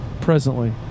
presently